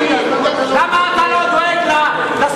למה אתה לא דואג לעניים?